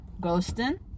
Ghostin